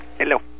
Hello